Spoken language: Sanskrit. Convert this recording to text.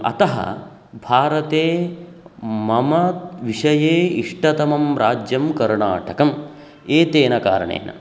अतः भारते मम विषये इष्टतमं राज्यं कर्णाटकम् एतेन कारणेन